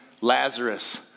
Lazarus